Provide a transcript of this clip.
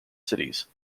cities